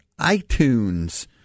iTunes